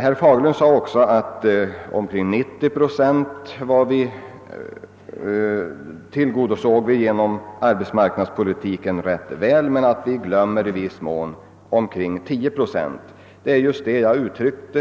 Herr Fagerlund sade också att vi rätt väl tillgodoser omkring 90 procent genom arbetsmarknadspolitiken men i viss mån glömmer omkring 10 procent. Det är just den tanke jag uttryckt